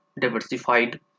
diversified